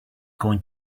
going